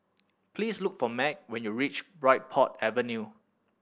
please look for Meg when you reach Bridport Avenue